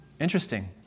Interesting